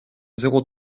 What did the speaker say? zéro